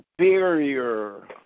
Superior